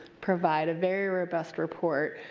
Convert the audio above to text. provide a very robust report.